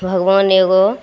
भगवान एगो